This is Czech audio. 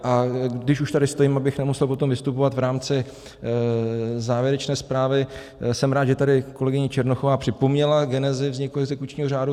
A když už tady stojím, abych nemusel potom vystupovat v rámci závěrečné zprávy, jsem rád, že tady kolegyně Černochová připomněla genezi vzniku exekučního řádu.